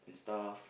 and stuff